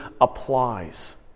applies